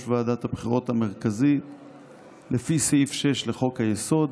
ועדת הבחירות המרכזי לפי סעיף 6 לחוק-היסוד,